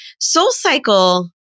SoulCycle